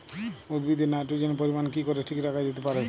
উদ্ভিদে নাইট্রোজেনের পরিমাণ কি করে ঠিক রাখা যেতে পারে?